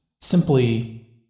simply